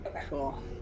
Cool